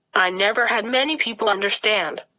i never had many people understand.